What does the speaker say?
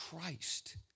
Christ